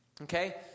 okay